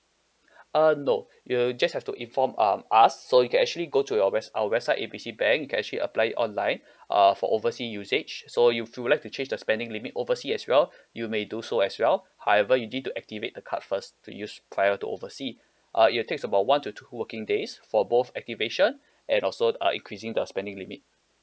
uh no you'll just have to inform um us so you can actually go to your webs~ our website A B C bank you can actually apply it online uh for overseas usage so you if you like to change the spending limit overseas as well you may do so as well however you need to activate the card first to use prior to overseas uh it'll takes about one to two working days for both activation and also uh increasing the spending limit